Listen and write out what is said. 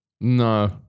No